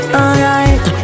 alright